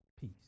peace